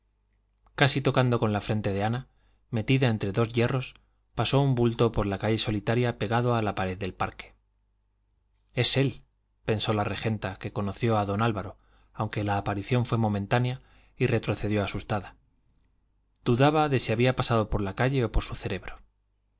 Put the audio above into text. casi tocando con la frente de ana metida entre dos hierros pasó un bulto por la calle solitaria pegado a la pared del parque es él pensó la regenta que conoció a don álvaro aunque la aparición fue momentánea y retrocedió asustada dudaba si había pasado por la calle o por su cerebro